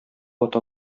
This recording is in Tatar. ата